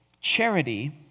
charity